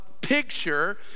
picture